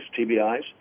TBIs